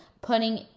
putting